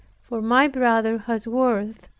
for my brother has worth,